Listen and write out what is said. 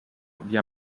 via